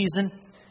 season